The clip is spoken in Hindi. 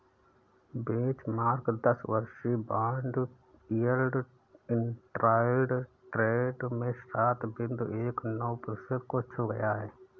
बेंचमार्क दस वर्षीय बॉन्ड यील्ड इंट्राडे ट्रेड में सात बिंदु एक नौ प्रतिशत को छू गया